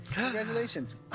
Congratulations